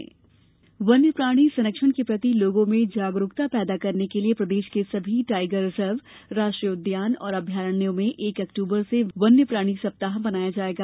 वन्य प्राणी सप्ताह वन्य प्राणी संरक्षण के प्रति लोगों में जागरूकता पैदा करने के लिए प्रदेश के सभी टाइगर रिजर्व राष्ट्रीय उद्यान और अभ्यारणों में एक अक्टूबर से वन्य प्राणी सप्ताह मनाया जायेगा